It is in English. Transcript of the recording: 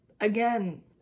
Again